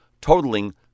totaling